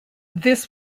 this